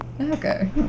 okay